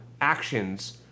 actions